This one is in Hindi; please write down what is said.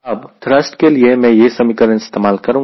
अब थ्रस्ट के लिए मैं यह समीकरण इस्तेमाल करूंगा